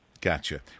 Gotcha